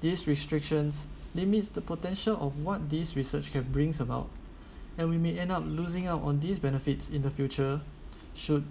these restrictions limits the potential of what this research can brings about and we may end up losing out on these benefits in the future should